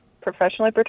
professionally